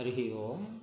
हरिः ओम्